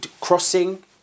crossing